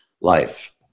life